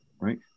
right